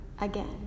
again